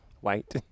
white